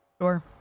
Sure